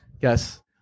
Yes